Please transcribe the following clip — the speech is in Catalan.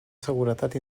seguretat